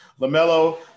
LaMelo